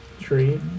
tree